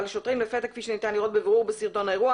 לפתע כפי שניתן לראות בבירור בסרטון האירוע